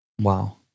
Wow